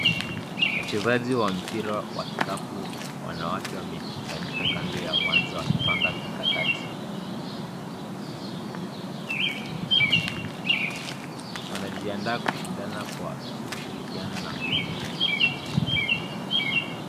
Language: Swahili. Wachezaji wa mpira wakikapu ya wanawake wamekusanyika kando ya wanza wakipanga mikakati, wanajiandaa kushirikana na nguvu.